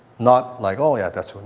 not like oh, yeah that's.